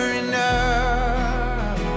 enough